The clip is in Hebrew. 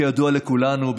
כידוע לכולנו,